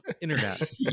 internet